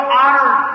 honored